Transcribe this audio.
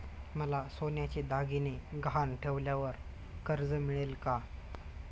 मला सोन्याचे दागिने गहाण ठेवल्यावर कर्ज मिळेल का?